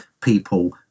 people